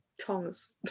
tongs